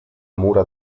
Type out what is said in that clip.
mura